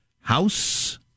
House